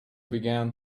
began